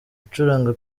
gucuranga